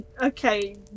Okay